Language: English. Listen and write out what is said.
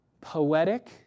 poetic